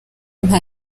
nta